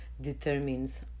determines